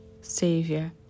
savior